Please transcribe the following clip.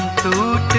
clue